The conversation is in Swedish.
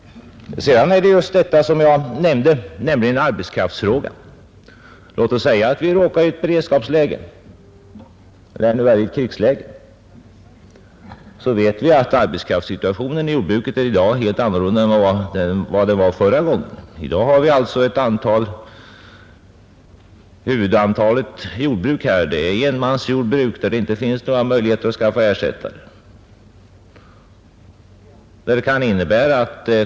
Ett annat problem är, som jag nämnde, arbetskraftsfrågan. Låt oss säga att vi råkar i beredskapsläge eller, ännu värre, i krigsläge. Vi vet att arbetskraftssituationen inom jordbruket i dag är en helt annan än förra gången. I dag är huvuddelen av jordbruken enmansjordbruk, där det inte finns några möjligheter att skaffa ersättare.